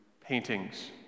paintings